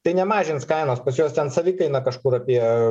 tai nemažins kainos pas juos ten savikaina kažkur apie